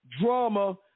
drama